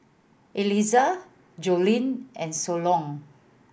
Elyssa Joline and Solon